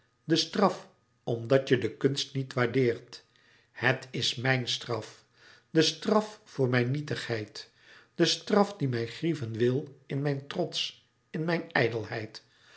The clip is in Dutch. de straf omdat je de kunst niet waardeert het is mijn straf de straf voor mijn nietigheid de straf die mij grieven wil in mijn trots in mijn